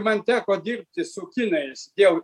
man teko dirbti su kinais dėl